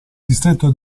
distretto